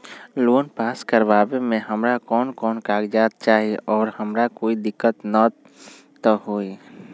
Loan pass करवावे में हमरा कौन कौन कागजात चाही और हमरा कोई दिक्कत त ना होतई?